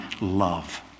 love